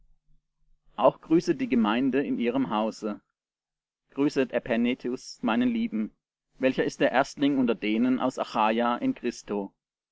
auch grüßet die gemeinde in ihrem hause grüßet epänetus meinen lieben welcher ist der erstling unter denen aus achaja in christo